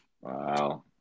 Wow